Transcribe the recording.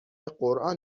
قران